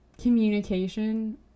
communication